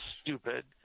stupid